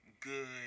good